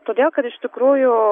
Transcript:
todėl kad iš tikrųjų